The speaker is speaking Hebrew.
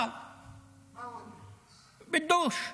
--- (אומר בערבית: הוא לא רוצה.)